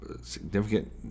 significant